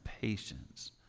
patience